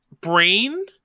brain